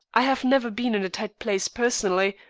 i have never been in a tight place personally,